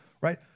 Right